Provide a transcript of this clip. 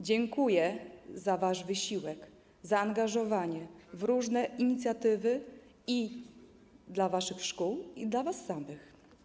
Dziękuję za wasz wysiłek, zaangażowanie w różne inicjatywy i dla waszych szkół, i dla was samych.